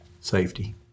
safety